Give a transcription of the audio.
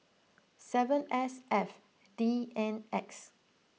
seven S F D N X